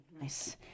Nice